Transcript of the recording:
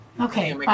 Okay